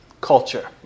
culture